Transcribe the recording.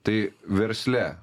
tai versle